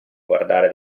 guardare